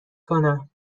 کنم